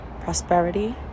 prosperity